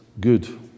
good